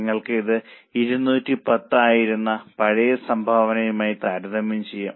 നിങ്ങൾക്ക് ഇത് 210 ആയിരുന്ന പഴയ സംഭാവനയുമായി താരതമ്യം ചെയ്യാം